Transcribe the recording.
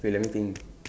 wait let me think